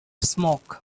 smoke